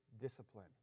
discipline